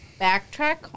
backtrack